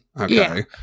Okay